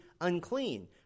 unclean